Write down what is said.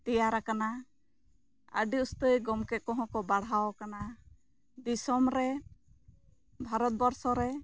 ᱛᱮᱭᱟᱨ ᱟᱠᱟᱱᱟ ᱟᱹᱰᱤ ᱩᱥᱛᱟᱹᱭ ᱜᱚᱝᱠᱮ ᱠᱚᱦᱚᱸ ᱠᱚ ᱵᱟᱲᱦᱟᱣ ᱟᱠᱟᱱᱟ ᱫᱤᱥᱚᱢ ᱨᱮ ᱵᱷᱟᱨᱚᱛ ᱵᱚᱨᱥᱚ ᱨᱮ